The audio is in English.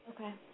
Okay